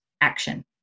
action